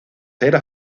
era